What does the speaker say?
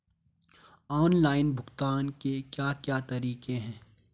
Online भुगतान के क्या क्या तरीके हैं?